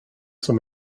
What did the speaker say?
som